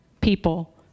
people